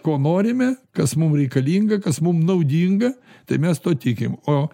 ko norime kas mum reikalinga kas mum naudinga tai mes tuo tikim o